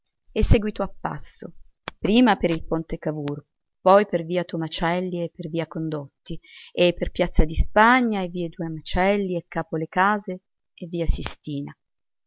e seguitò a passo prima per il ponte cavour poi per via tomacelli e per via condotti e per piazza di spagna e via due macelli e capo le case e via sistina